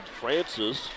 Francis